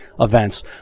events